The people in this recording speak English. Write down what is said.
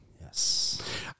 Yes